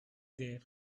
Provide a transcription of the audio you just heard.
there